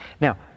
Now